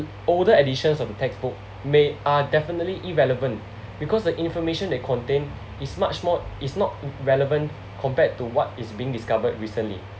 older editions of the textbook may are definitely irrelevant because the information that contain is much more is not relevant compared to what is being discovered recently